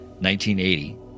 1980